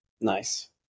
Nice